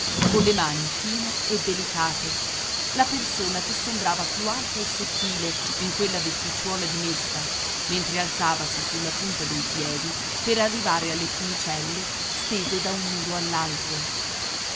piazza colle mani fine e delicate la persona che sembrava più alta e sottile in quella vesticciuola dimessa mentre alzavasi sulla punta dei piedi per arrivare alle funicelle stese da un muro